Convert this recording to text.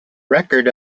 record